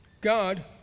God